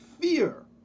fear